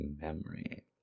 memory